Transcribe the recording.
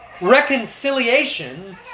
Reconciliation